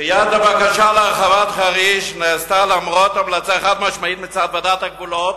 הבקשה להרחבת חריש נדחתה למרות המלצה חד-משמעית מצד ועדת הגבולות,